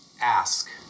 ask